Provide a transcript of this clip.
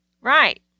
Right